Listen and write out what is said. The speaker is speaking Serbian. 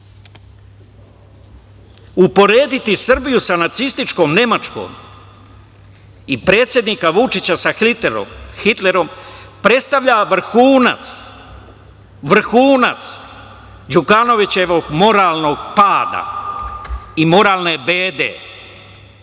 itd. Uporediti Srbiju sa nacističkom Nemačkom, i predsednika Vučića sa Hitlerom, predstavlja vrhunac Đukanovićevog moralnog pada i moralne bede,